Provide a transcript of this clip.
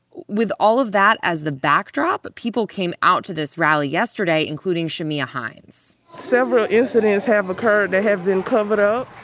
with all of that as the backdrop, people came out to this rally yesterday, including shamiya hines several incidents have occurred that have been covered up.